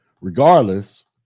regardless